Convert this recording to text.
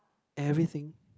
everything